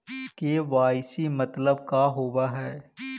KYC मतलब का होव हइ?